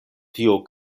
tio